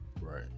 right